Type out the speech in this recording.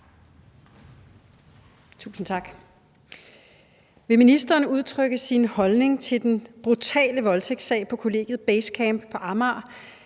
Tusind tak.